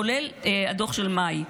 כולל הדוח של מאי.